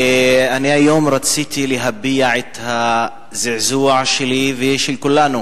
היום רציתי להביע את הזעזוע שלי ושל כולנו